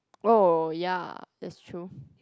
oh ya that's true